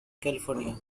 california